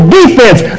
defense